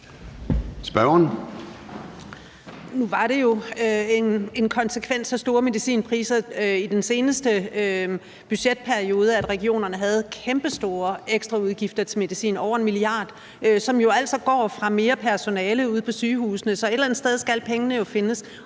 Nu var det jo en konsekvens af høje medicinpriser i den seneste budgetperiode, at regionerne havde kæmpestore ekstraudgifter til medicin på over en milliard kroner. De penge går jo altså fra mere personale ude på sygehusene; et eller andet sted skal pengene jo findes.